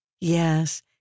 Yes